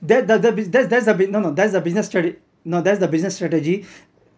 that's the bi~ that's the a bi~ no no no that's the business strate~ no that's the business strategy